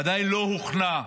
עדיין לא הוכנה.